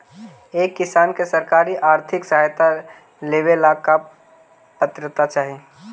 एक किसान के सरकारी आर्थिक सहायता लेवेला का पात्रता चाही?